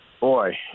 Boy